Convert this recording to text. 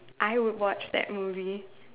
I would watch that movie